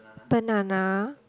banana